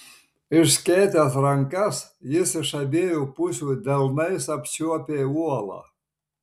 išskėtęs rankas jis iš abiejų pusių delnais apčiuopė uolą